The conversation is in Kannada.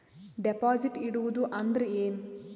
ಡೆಪಾಜಿಟ್ ಇಡುವುದು ಅಂದ್ರ ಏನ?